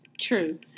True